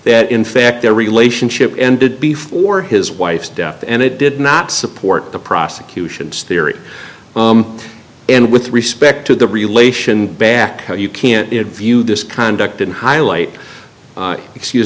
that in fact their relationship ended before his wife's death and it did not support the prosecution's theory and with respect to the relation back you can't view this conduct in high light excuse